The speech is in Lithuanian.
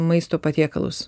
maisto patiekalus